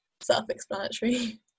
self-explanatory